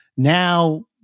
Now